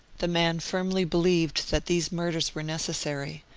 the man firmly believed that these murders were necessary,